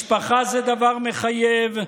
משפחה זה דבר מחייב,